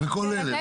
וכל אלה.